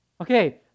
Okay